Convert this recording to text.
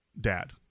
dad